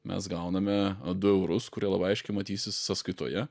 mes gauname du eurus kurie labai aiškiai matysis sąskaitoje